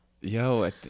Yo